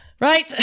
Right